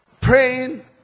Praying